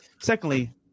Secondly